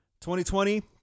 2020